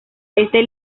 este